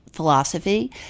philosophy